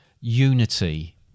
unity